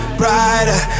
brighter